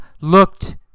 looked